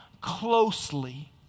closely